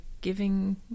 giving